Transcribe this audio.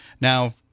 now